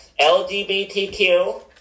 LGBTQ